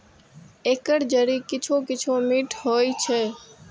एकर जड़ि किछु किछु मीठ होइ छै